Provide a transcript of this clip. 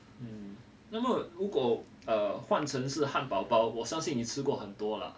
um 那么如果 err 换成是汉堡包包我相信你吃过很多啦:huan cheng shi han bao bao wo xiang xin ni chi guo hen duo la